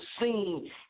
scene